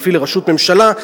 חלופי לראשות ממשלה.